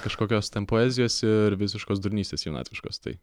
kažkokios ten poezijos ir visiškos durnystės jaunatviškos tai